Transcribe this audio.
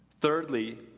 Thirdly